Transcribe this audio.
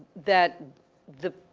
that the,